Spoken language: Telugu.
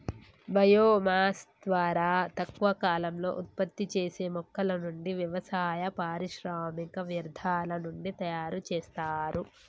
బయో మాస్ ద్వారా తక్కువ కాలంలో ఉత్పత్తి చేసే మొక్కల నుండి, వ్యవసాయ, పారిశ్రామిక వ్యర్థాల నుండి తయరు చేస్తారు